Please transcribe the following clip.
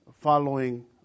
following